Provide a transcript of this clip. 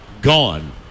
gone